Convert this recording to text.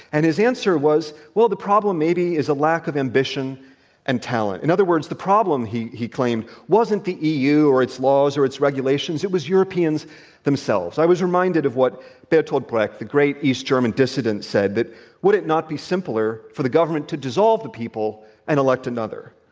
and his answer was, well, the problem, maybe, is a lack of ambition and talent. in other words, the problem he he claimed, wasn't the e. u, or its laws, or its regulations it was europeans themselves. i was reminded of what bertolt brecht, the great east german dissident said, that would it not be simpler for the government to dissolve the people and elect another?